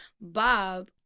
Bob